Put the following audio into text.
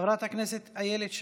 חברת הכנסת איילת שקד,